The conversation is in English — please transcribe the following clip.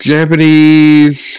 Japanese